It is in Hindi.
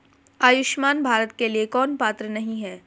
आयुष्मान भारत के लिए कौन पात्र नहीं है?